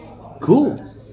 Cool